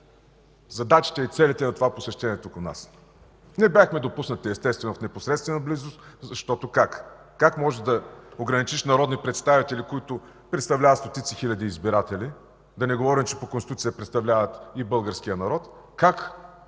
задачите, целите на това посещение у нас. Не бяхме допуснати, естествено, в непосредствена близост. Как може да ограничиш народни представители, които представляват стотици хиляди избиратели, да не говорим, че по Конституция представляват и българския народ?! Как,